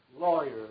lawyers